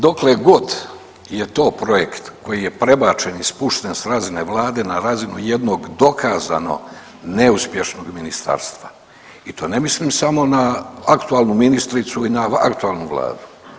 Dokle god je to projekt koji je prebačen i spušten s razine vlade na razinu jednog dokazano neuspješnog ministarstva i to ne mislim samo na aktualnu ministricu i na aktualnu vladu.